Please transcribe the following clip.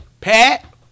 Pat